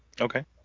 okay